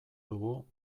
dugu